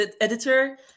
editor